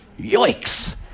Yikes